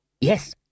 Yes